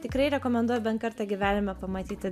tikrai rekomenduoju bent kartą gyvenime pamatyti